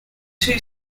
two